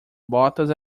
botas